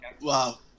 Wow